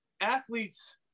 athletes